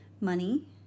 money